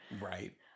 Right